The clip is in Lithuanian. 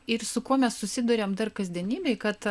ir su kuo mes susiduriam dar kasdienybėj kad